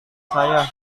saya